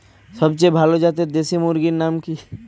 সবচেয়ে ভালো জাতের দেশি মুরগির নাম কি?